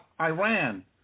Iran